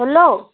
hello